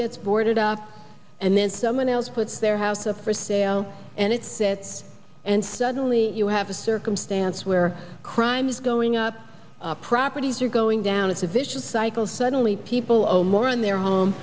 gets boarded up and then someone else puts their house up for sale and it's there and suddenly you have a circumstance where crime is going up properties are going down it's a vicious cycle suddenly people owe more on their